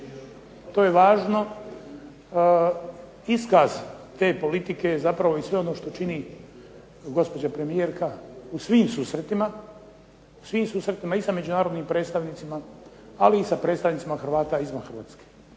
to je važno iskaz te politike i zapravo i sve ono što čini gospođa premijerka u svim susretima, i sa međunarodnim predstavnicima, ali i sa predstavnicima Hrvata izvan Hrvatske.